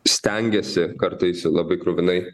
stengiasi kartais labai kruvinai